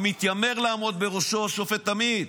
המתיימר לעמוד בראשו, השופט עמית.